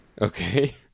Okay